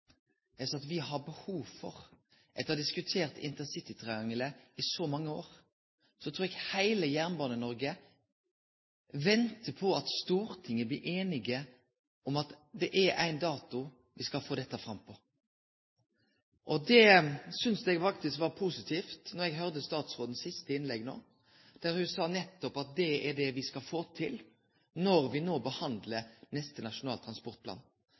at eg trur at heile Jernbane-Noreg – etter at me har diskutert intercitytriangelet i så mange år – ventar på at Stortinget blir einig om ein dato for når me skal få dette fram. Eg synest det var positivt å høyre statsrådens siste innlegg no, der ho nettopp sa at det er det me skal få til når me no behandlar neste Nasjonal transportplan.